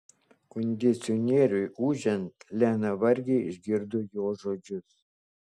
kondicionieriui ūžiant lena vargiai išgirdo jo žodžius